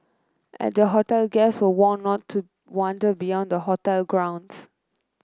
at the hotel guests were warned not to wander beyond the hotel grounds